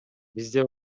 бизде